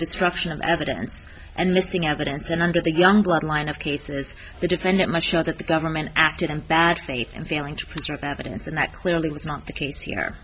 destruction of evidence and missing evidence and under the young blood line of cases the defendant must show that the government acted in bad faith and failing to preserve evidence and that clearly was not the case here